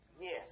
Yes